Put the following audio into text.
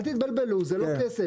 אל תתבלבלו, זה לא כסף.